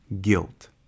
Guilt